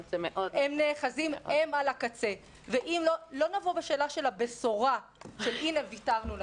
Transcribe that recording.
הם על הקצה; ואם לא נבוא עם הבשורה "הנה ויתרנו לכם"